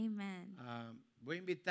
Amen